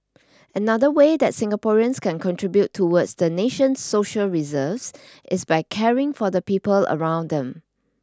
another way that Singaporeans can contribute towards the nation's social reserves is by caring for the people around them